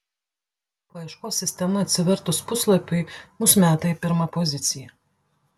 paieškos sistema atsivertus puslapiui mus meta į pirmą poziciją